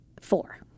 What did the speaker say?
Four